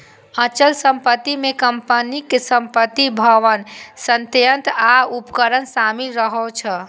अचल संपत्ति मे कंपनीक संपत्ति, भवन, संयंत्र आ उपकरण शामिल रहै छै